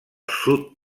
sud